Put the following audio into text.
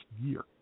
year